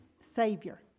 Savior